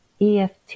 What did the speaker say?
EFT